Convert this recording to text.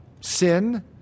sin